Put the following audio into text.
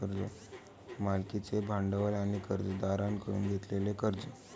मालकीचे भांडवल आणि कर्जदारांकडून घेतलेले कर्ज